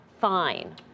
fine